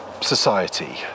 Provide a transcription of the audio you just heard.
society